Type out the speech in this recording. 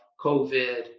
COVID